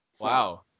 Wow